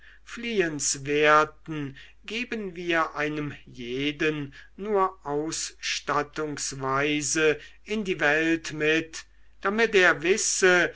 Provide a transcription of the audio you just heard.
fliehenswerten geben wir einem jeden nur ausstattungsweise in die welt mit damit er wisse